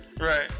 Right